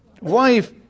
wife